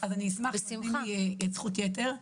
אז יהיה משהו שיושפע מההסטה.